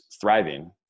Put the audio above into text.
thriving